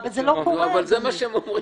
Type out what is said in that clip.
זה הגוף שאני מייצג פה.